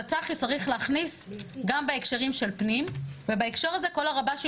הצח"י צריך להכניס גם בהקשרים של פנים ובהקשר הזה כל הרב"שים,